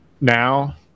now